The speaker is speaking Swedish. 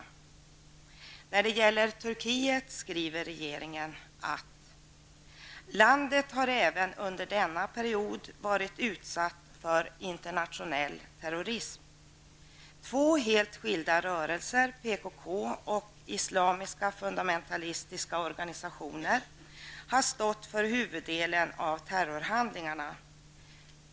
När det gäller Turkiet skriver regeringen att landet även under denna period har varit utsatt för internationell terrorism. Två helt skilda rörelser, PKK och islamiska fundamentalistiska organisationer, har stått för huvuddelen av terrorhandlingarna.